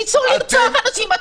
ניסו לרצוח אנשים.